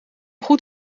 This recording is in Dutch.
goed